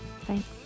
Thanks